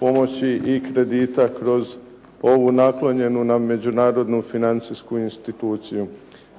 pomoći i kredita kroz ovu naklonjenu nam međunarodnu financijsku instituciju.